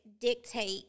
dictate